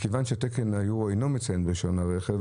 מכיוון שתקן היורו אינו מצוין ברישיון הרכב,